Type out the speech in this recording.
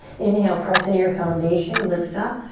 inhale, press in your foundation, lift up.